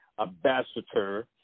ambassador